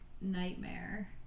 Nightmare